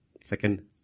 Second